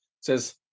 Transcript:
says